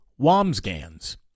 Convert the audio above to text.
Wamsgans